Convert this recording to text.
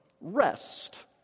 rest